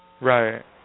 Right